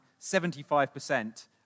75